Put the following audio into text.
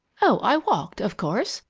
oh, i walked, of course!